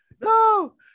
no